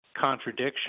contradiction